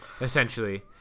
Essentially